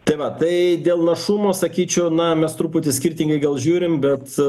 tai va tai dėl našumo sakyčiau na mes truputį skirtingai žiūrime bet